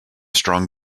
strong